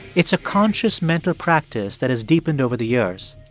it's a conscious mental practice that has deepened over the years.